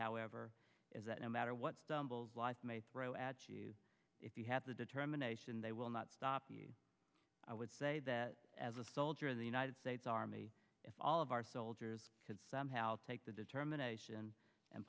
however is that no matter what stumbles life may throw at you if you have the determination they will not stop you i would say that as a soldier of the united states army all of our soldiers could somehow take the determination and